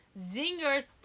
Zingers